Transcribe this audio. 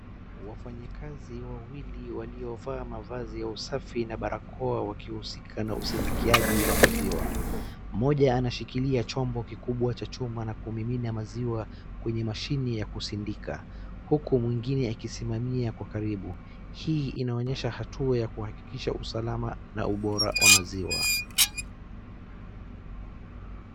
Wafanyikazi wawili waliovaa mavazi ya usafi na barakoa wakihusika usidikiaji wa maziwa. Mmoja anashikilia chombo kikubwa cha chuma na kumimina maziwa kwenye mashini ya kusidika huku mwingine akisimamia kwa karibu. Hii inaonyesha hatua ya kuhakikisha usalama na ubora wa maziwa.